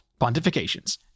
Pontifications